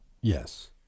Yes